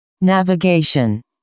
navigation